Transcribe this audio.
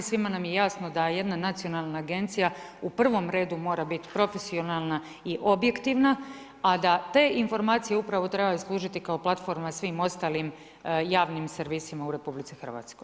Svima nam je jasno da jedna nacionalna agencija, u prvom redu mora biti profesionalna i objektivna, a da te informacije, upravo trebaju složiti kao platforma svim ostalim javnim servisima u RH.